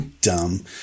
Dumb